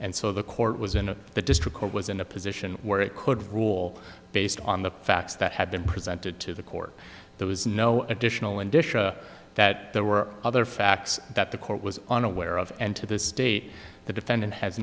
and so the court was in the district court was in a position where it could rule based on the facts that had been presented to the court there was no additional and disha that there were other facts that the court was unaware of and to this date the defendant has